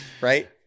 right